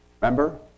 Remember